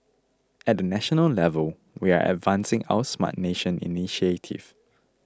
at the national level we are advancing our Smart Nation initiative